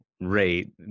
rate